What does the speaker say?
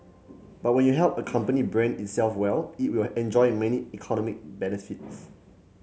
but when you help a company brand itself well it will enjoy many economic benefits